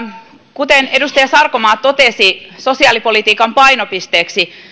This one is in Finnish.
kuten edustaja sarkomaa totesi sosiaalipolitiikan painopisteeksi